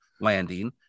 landing